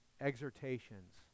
exhortations